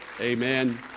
Amen